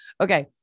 Okay